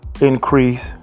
increase